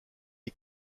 est